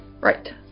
Right